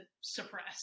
suppress